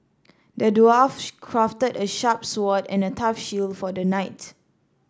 the dwarf crafted a sharp sword and a tough shield for the knight